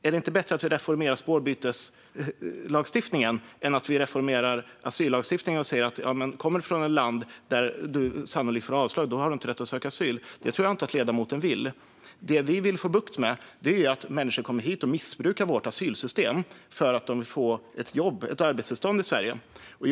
Är det inte bättre att vi reformerar spårbyteslagstiftningen än att vi reformerar asyllagstiftningen och säger att om du kommer från ett land där du sannolikt får avslag har du inte rätt att söka asyl? Det tror jag inte att ledamoten vill. Det vi vill få bukt med är att människor kommer hit och missbrukar vårt asylsystem för att de vill få ett arbetstillstånd och ett jobb i Sverige.